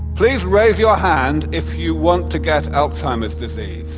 please raise your hand if you want to get alzheimer's disease.